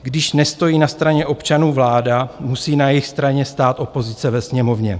Když nestojí na straně občanů vláda, musí na jejich straně stát opozice ve Sněmovně.